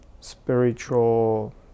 spiritual